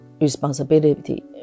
responsibility